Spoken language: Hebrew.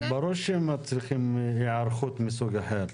ברור שמצריכים היערכות מסוג אחר.